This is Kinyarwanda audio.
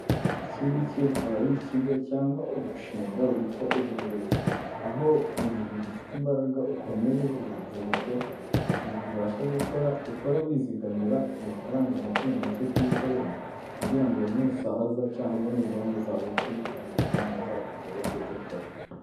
Ikingiki akaba ari ikigo cyangwa umushinga witwa Ejo heza, aho mu gihe ugifite imbaraga ukomeye urubyiruko rukibasha gukora ukora wizigamira amafaranga make make kuyo ukorera, kugira ngo nusaza cyangwa nugera mu zabukuru aya mafaranga azakugoboke utakibasha gukora.